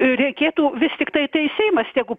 reikėtų vis tiktai tai seimas tegu